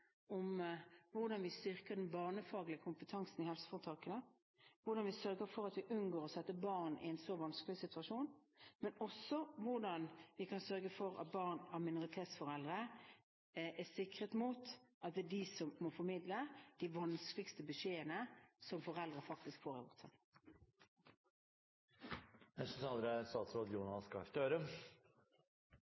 om hvordan vi styrker den barnefaglige kompetansen i helseforetakene og sørger for at vi unngår å sette barn i en så vanskelig situasjon, og hvordan vi kan sørge for at barn av minoritetsforeldre er sikret mot at det er dem som må formidle de vanskeligste beskjedene som foreldre får i vårt samfunn. Jeg vil først få takke representanten Solberg for